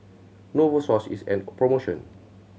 Novosource is on promotion